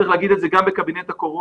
צריך להגיד את זה גם בקבינט הקורונה.